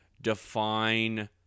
define